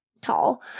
tall